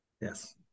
yes